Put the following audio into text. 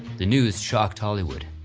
the news shocked hollywood,